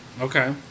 Okay